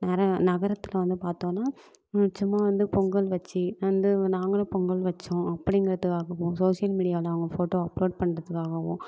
நர நகரத்தில் வந்து பார்த்தோனா சும்மா வந்து பொங்கல் வச்சு வந்து நாங்களும் பொங்கல் வச்சோம் அப்படிங்கறதுக்காகவும் சோஷியல் மீடியாவில் அவங்க ஃபோட்டோவை அப்லோட் பண்ணுறதுக்காகவும்